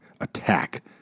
attack